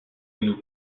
nous